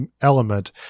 element